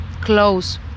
close